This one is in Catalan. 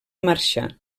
marxar